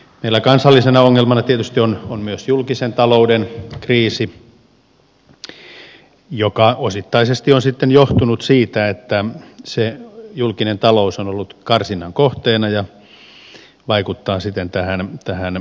meillä kansallisena ongelmana tietysti on myös julkisen talouden kriisi joka osittaisesti on sitten johtunut siitä että se julkinen talous on ollut karsinnan kohteena ja vaikuttaa siten tähän vallitsevaan tilanteeseen